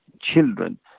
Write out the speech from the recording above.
children